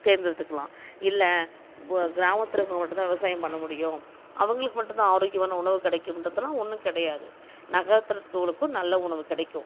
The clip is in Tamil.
தேர்ந்தெடுத்துக்கெலாம் இல்லை கிராமத்தில் இருக்கறவங்கள்ட்டதான் விவசாயம் பண்ண முடியும் அவங்களுக்கு மட்டும்தான் ஆரோக்கியமான உணவு கிடைக்கும்ன்றதுலாம் ஒன்றும் கிடையாது நகரத்தில் இருக்கறவங்களுக்கும் நல்ல உணவு கிடைக்கும்